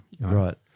Right